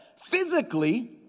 physically